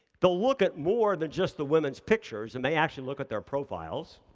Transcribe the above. they'll look at more than just the women's pictures, and they actually look at their profiles.